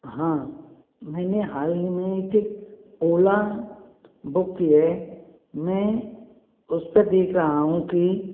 हाँ मैंने हाल ही में एक ओला बुक की है मैं उस पर देख रहा हूँ की